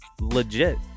legit